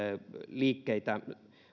liikkeitä